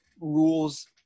rules